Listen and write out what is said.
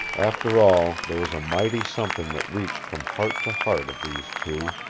after all, there was a mighty something that reached from heart to heart of these two,